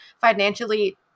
financially